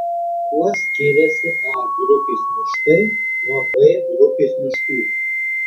kuo skiriasi a grupės miškai nuo b grupės miškų